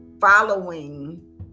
following